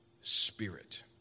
spirit